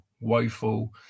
woeful